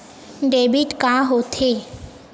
Debit का होथे?